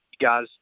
guys